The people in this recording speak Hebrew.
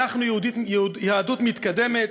אנחנו יהדות מתקדמת,